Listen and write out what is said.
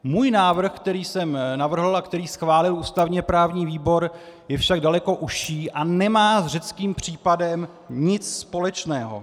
Můj návrh, který jsem navrhl a který schválil ústavněprávní výbor, je však daleko užší a nemá s řeckým případem nic společného.